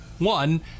One